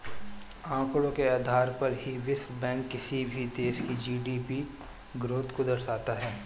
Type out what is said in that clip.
आंकड़ों के आधार पर ही विश्व बैंक किसी भी देश की जी.डी.पी ग्रोथ को दर्शाता है